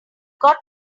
got